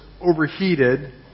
overheated